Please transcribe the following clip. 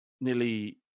nearly